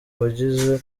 wagizwe